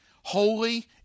holy